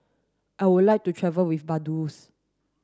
I would like to travel with Vaduz